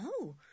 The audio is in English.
No